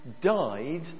died